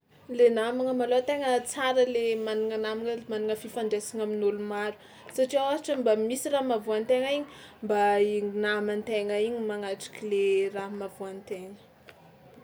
Le namagna malôha tena tsara le managna namagna managna fifandraisana amin'ôlo maro, satria ôhatra mba misy raha mahavoà an-tegna igny mba i naman-tegna magnatrika le raha mahavoa an-tena.